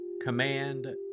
command